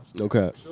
Okay